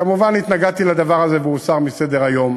כמובן, התנגדתי לדבר הזה, והוא הוסר מסדר-היום.